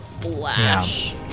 flash